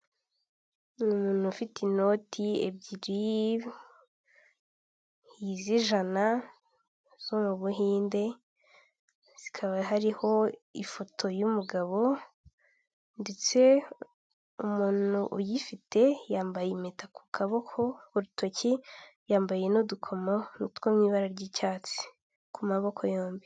Ni umuntu ufite inoti ebyiri z'ijana zo mu Buhinde, zikaba hariho ifoto y'umugabo ndetse umuntu uyifite yambaye impeta ku kaboko, k'urutoki, yambaye n'udukomo ni utwo ibara ry'icyatsi ku maboko yombi.